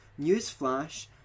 newsflash